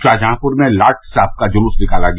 शाहजहांपुर में लाट साहब का जुलूस निकाला गया